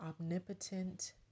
omnipotent